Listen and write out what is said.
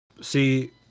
See